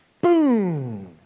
boom